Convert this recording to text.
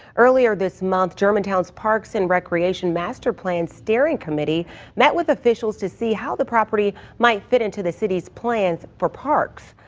earlier this month germantown's parks and recreation master plan steering committee met with officials to see how the property might fit into the city's plan for parks.